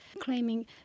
claiming